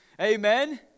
Amen